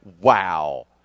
Wow